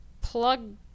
plug